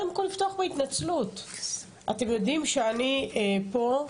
אתם יודעים שאני פה,